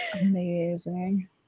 amazing